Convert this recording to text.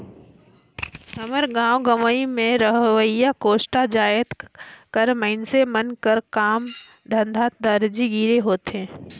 हमर गाँव गंवई में रहोइया कोस्टा जाएत कर मइनसे मन कर काम धंधा दरजी गिरी होथे